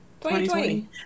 2020